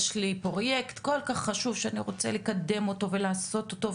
יש לי פרוייקט כל כך חשוב שאני רוצה לקדם אותו ולעשות אותו.